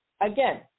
Again